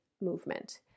movement